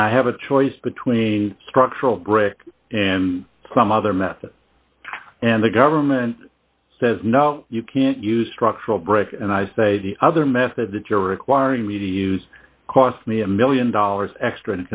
and i have a choice between structural brick and some other method and the government says no you can't use structural break and i say the other method that you're acquiring me to use cost me a one million dollars extra